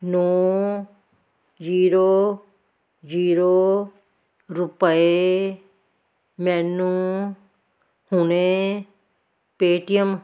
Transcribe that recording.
ਨੌਂ zero zero ਰੁਪਏ ਮੈਨੂੰ ਹੁਣੇ ਪੇਟੀਐੱਮ